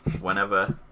whenever